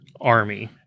army